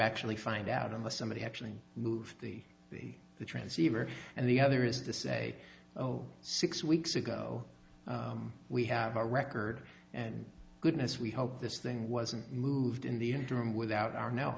actually find out unless somebody actually move the transceiver and the other is to say oh six weeks ago we have a record and goodness we hope this thing wasn't moved in the interim without our kno